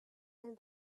and